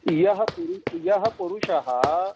यः पुर् यः पुरुषः